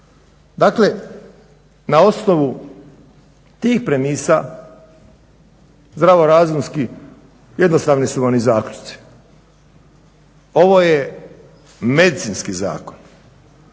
Dakle, na osnovu tih premisa zdravorazumski jednostavni su vam i zaključci. Ovo je medicinski zakon.